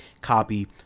copy